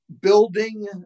building